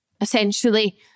essentially